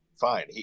fine